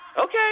Okay